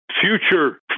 future